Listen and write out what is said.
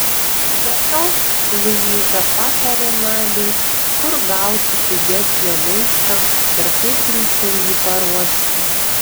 be to luiza patarė nadiai kur gauti pigesnio maisto ir kaip greičiau jį paruošti